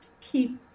keep